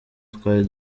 twari